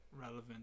relevant